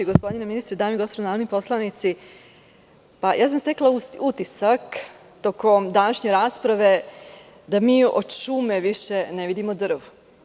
Gospodine ministre, dame i gospodo narodni poslanici, stekla sam utisak tokom današnje rasprave da mi od šume više ne vidimo drvo.